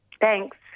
Thanks